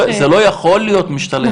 זה לא יכול להיות משתלם.